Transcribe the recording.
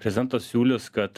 prezidentas siūlys kad